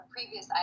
Previous